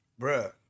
Bruh